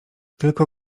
tylko